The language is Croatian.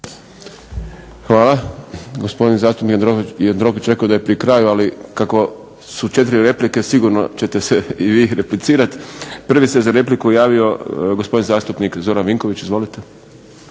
Hvala. Gospodin zastupnik Jandroković je rekao da je pri kraju ali kako su 4 replike sigurno ćete se i vi replicirati. Prvi se za repliku javio gospodin zastupnik Zoran Vinković. Izvolite.